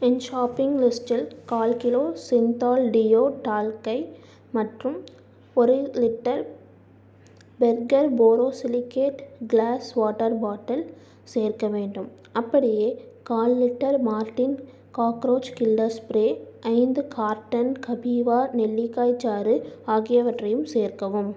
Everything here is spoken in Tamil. என் ஷாப்பிங் லிஸ்ட்டில் கால் கிலோ சிந்த்தால் டியோ டால்க்கை மற்றும் ஒரு litre Berger borosilicate glass water bottle சேர்க்க வேண்டும் அப்படியே கால் litre Mortein cockroach killer spray ஐந்து கார்ட்டன் கபீவா நெல்லிக்காய்ச் சாறு ஆகியவற்றையும் சேர்க்கவும்